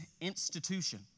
institution